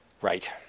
right